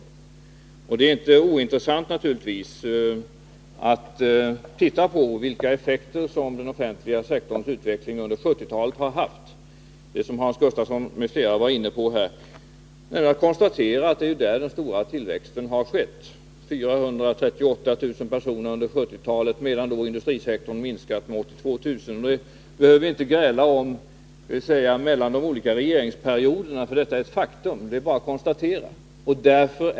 Det är naturligtvis inte ointressant att titta på vilka effekter den offentliga sektorns utveckling under 1970-talet har haft. Hans Gustafsson m.fl. har ju varit inne på det i den här debatten. Det är bara att konstatera att det är inom den offentliga sektorn som den stora tillväxten har skett. 438 000 personer var sysselsatta där under 1970-talet, medan industrisektorn minskade med 82 000. Vi behöver inte gräla om vad som hänt under de olika regeringsperioderna, för det är bara att konstatera faktum.